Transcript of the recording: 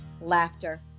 laughter